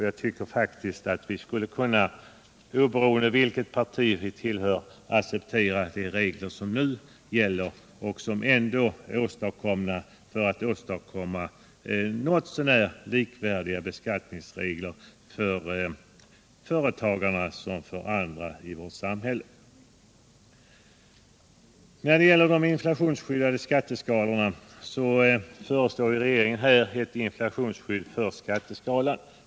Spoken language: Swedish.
Jag tycker faktiskt att vi oberoende av vilket parti vi tillhör skulle kunna acceptera de regler som nu gäller och som tillkom för att få något så när lika beskattningsregler för företagarna och för andra grupper i vårt samhälle. Regeringen föreslår nu ett inflationsskydd av skatteskalorna.